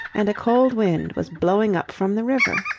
and a cold wind was blowing up from the river.